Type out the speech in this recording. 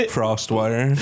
Frostwire